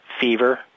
fever